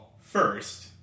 first